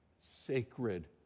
sacred